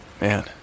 Man